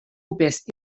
upės